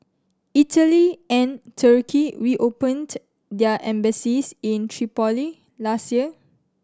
Italy and Turkey reopened their embassies in Tripoli last year